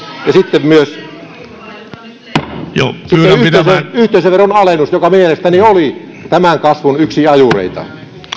ja sitten oli myös yhteisöveron alennus joka mielestäni oli yksi tämän kasvun ajureita